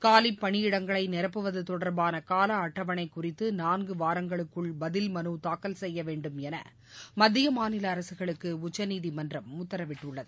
காலி பணியிடங்களை நிரப்புவது தொடர்பான கால அட்டவணை குறித்து நான்கு வாரங்களுக்குள் பதில் மனு தாக்கல் செய்யவேண்டும் என மத்திய மாநில அரசுகளுக்கு உச்சநீதிமன்றம் உத்தரவிட்டுள்ளது